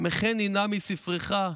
"מחני נא מספרך".